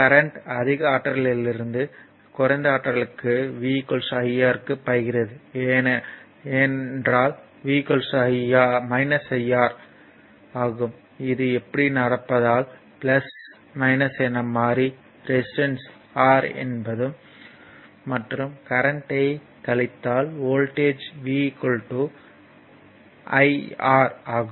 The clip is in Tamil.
கரண்ட் அதிக ஆற்றலிலிருந்து குறைந்த ஆற்றலுக்கு V IR க்கு பாய்கிறது என்றால் V IR ஆகும் இது இப்படி நடப்பதால் என மாறி ரெசிஸ்டன்ஸ் R என்பதும் மற்றும் கரண்ட்யைக் கழித்தால் வோல்ட்டேஜ் V IR ஆகும்